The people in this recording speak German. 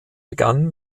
begann